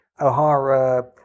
O'Hara